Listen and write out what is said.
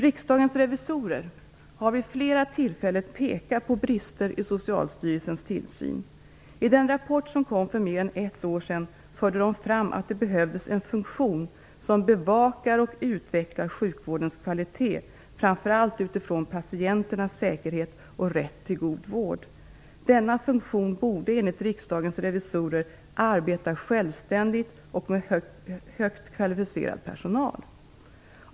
Riksdagens revisorer har vid flera tillfällen pekat på brister i Socialstyrelsens tillsyn. I den rapport som kom för mer än ett år sedan förde man fram att det behövdes en funktion som bevakar och utvecklar sjukvårdens kvalitet, framför allt utifrån patienternas säkerhet och rätt till god vård. Denna funktion borde, enligt Riksdagens revisorer, arbeta självständigt och med högt kvalificerad personal.